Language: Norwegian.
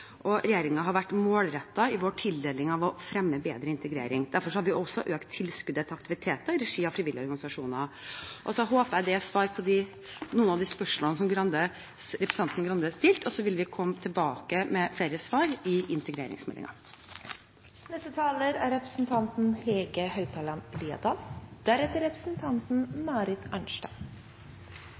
har vært målrettet i sin tildeling for å fremme bedre integrering. Derfor har vi også økt tilskuddet til aktiviteter i regi av frivillige organisasjoner. Jeg håper det er svar på noen av de spørsmålene som representanten Grande stilte. Vi kommer tilbake med flere svar i integreringsmeldingen. Frivilligsentralene er